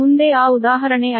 ಮುಂದೆ ಆ ಉದಾಹರಣೆ 5